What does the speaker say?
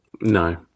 No